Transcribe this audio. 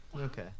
Okay